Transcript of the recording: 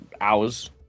hours